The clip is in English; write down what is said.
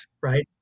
Right